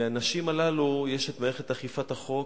לנשים הללו יש מערכת אכיפת החוק,